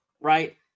Right